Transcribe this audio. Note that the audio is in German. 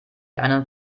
einen